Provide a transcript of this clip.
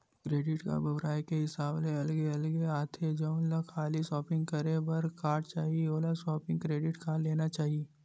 credit card बउरई के हिसाब ले अलगे अलगे आथे, जउन ल खाली सॉपिंग करे बर कारड चाही ओला सॉपिंग क्रेडिट कारड लेना चाही